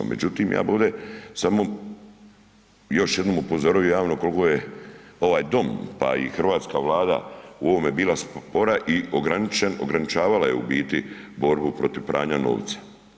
Međutim ja bi ovdje samo još jednom upozorio javno koliko je ovaj dom, pa i Hrvatska vlada u ovome bila spora i ograničavala je u biti borbu protiv pranja novca.